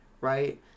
right